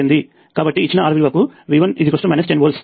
కాబట్టి ఇచ్చిన R విలువకు V1 10 వోల్ట్లు